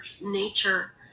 nature